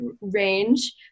range